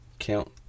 Count